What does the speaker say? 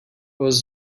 was